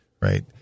right